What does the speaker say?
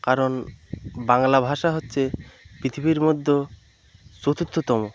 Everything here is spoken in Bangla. কারণ বাংলা ভাষা হচ্ছে পৃথিবীর মধ্যে চতুর্থতম